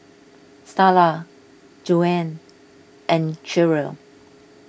Starla Joanne and Cherrelle